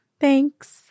Thanks